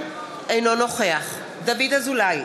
אינו נוכח דוד אזולאי,